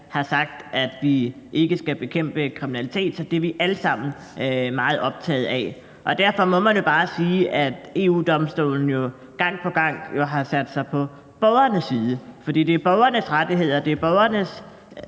har sagt, at vi ikke skal bekæmpe kriminalitet, for det er vi alle sammen meget optaget af. Derfor må man bare sige, at EU-Domstolen gang på gang jo har sat sig på borgernes side. For det er borgernes rettigheder, altså det er borgernes